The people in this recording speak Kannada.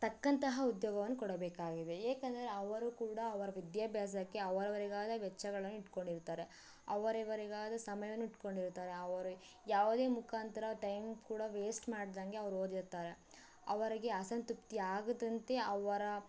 ತಕ್ಕಂತಹ ಉದ್ಯೋಗವನ್ನ ಕೊಡಬೇಕಾಗಿದೆ ಏಕಂದರೆ ಅವರು ಕೂಡ ಅವರ ವಿದ್ಯಾಭ್ಯಾಸಕ್ಕೆ ಅವರವರಿಗಾಗೇ ವೆಚ್ಚಗಳನ್ನ ಇಟ್ಟುಕೊಂಡಿರ್ತಾರೆ ಅವರವರಿಗಾದ ಸಮಯವನ್ನ ಇಟ್ಟುಕೊಂಡಿರ್ತಾರೆ ಅವರು ಯಾವುದೇ ಮುಖಾಂತರ ಟೈಮ್ ಕೂಡ ವೇಸ್ಟ್ ಮಾಡದಂಗೆ ಅವ್ರು ಓದಿರ್ತಾರೆ ಅವರಿಗೆ ಅಸಂತೃಪ್ತಿಯಾಗದಂತೆ ಅವರ